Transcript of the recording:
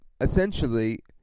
essentially